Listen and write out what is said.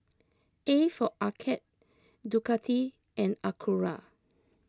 A for Arcade Ducati and Acura